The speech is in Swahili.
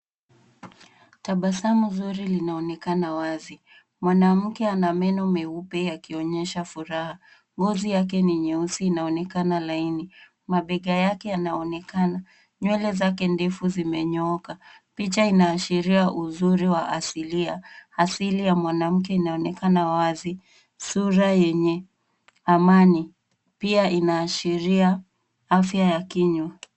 Tabasamu zuri linaonekana wazi. Mwanamke ana meno meupe akionyesha furaha. Ngozi yake ni nyeusi, inaonekana laini. Mabega yake yanaonekana. Nywele zake ndefu zimenyooka. Picha inaashiria uzuri wa asilia. Asili ya mwanamke inaonekana wazi. Sura yenye amani, pia inaashiria afya ya kinywa.